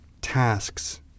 tasks